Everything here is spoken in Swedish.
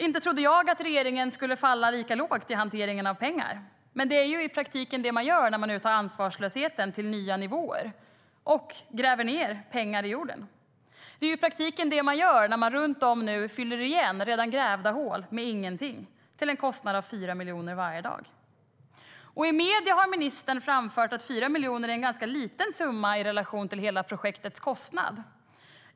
Inte trodde jag att regeringen skulle falla lika lågt i hanteringen av pengar. Men det är i praktiken det man gör när man nu tar ansvarslösheten till nya nivåer och gräver ned pengar i jorden. Det är i praktiken det man gör när man runt om nu fyller igen redan grävda hål med ingenting, till en kostnad av 4 miljoner varje dag.I medierna har ministern framfört att 4 miljoner är en ganska liten summa i relation till hela projektets kostnad.